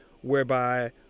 whereby